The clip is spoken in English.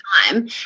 time